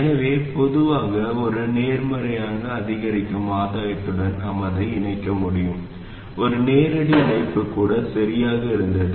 எனவே பொதுவாக ஒரு நேர்மறையான அதிகரிக்கும் ஆதாயத்துடன் நாம் அதை இணைக்க முடியும் ஒரு நேரடி இணைப்பு கூட சரியாக இருந்தது